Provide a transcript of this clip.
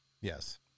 Yes